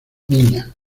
niña